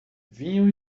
vinho